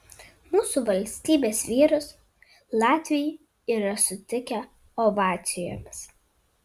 mūsų valstybės vyrus latviai yra sutikę ovacijomis